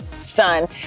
son